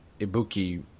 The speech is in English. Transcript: Ibuki